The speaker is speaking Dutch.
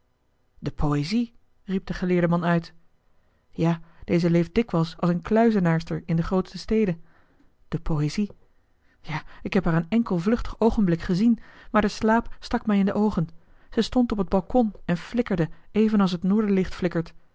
de poëzie riep de geleerde man uit ja deze leeft dikwijls als een kluizenaarster in de groote steden de poëzie ja ik heb haar een enkel vluchtig oogenblik gezien maar de slaap stak mij in de oogen zij stond op het balkon en flikkerde evenals het noorderlicht flikkert